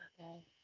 Okay